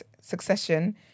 succession